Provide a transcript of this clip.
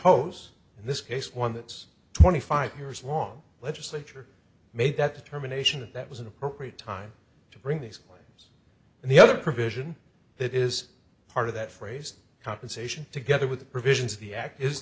those in this case one that's twenty five years long legislature made that determination that that was an appropriate time to bring these claims and the other provision that is part of that phrase compensation together with the provisions of the act